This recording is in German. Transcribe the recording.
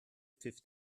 pfiff